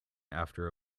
after